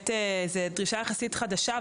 זוהי דרישה יחסית חדשה,